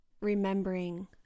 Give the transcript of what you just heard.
remembering